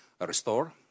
restore